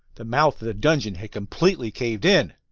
the mouth of the dungeon had completely caved in!